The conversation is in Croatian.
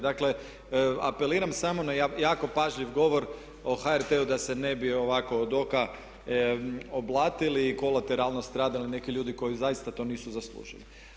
Dakle, apeliram samo na jako pažljiv govor o HRT-u da se ne bi ovako odoka oblatili i kolateralno stradali neki ljudi koji zaista to nisu zaslužili.